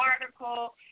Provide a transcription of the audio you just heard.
article